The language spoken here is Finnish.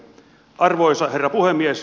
arvoisa herra puhemies